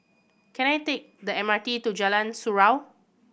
can I take the M R T to Jalan Surau